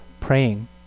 praying